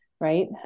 Right